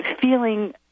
feeling